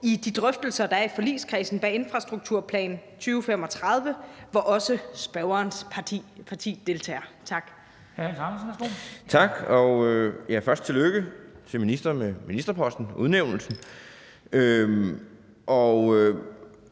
i de drøftelser, der er i forligskredsen bag Infrastrukturplan 2035, hvor også spørgerens parti deltager. Tak. Kl. 13:40 Formanden (Henrik Dam Kristensen): Hr. Hans Andersen.